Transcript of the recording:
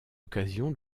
occasion